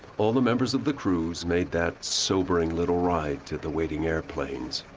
all the members of the crews made that sobering little ride to the waiting airplanes.